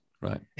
Right